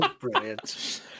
brilliant